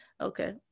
okay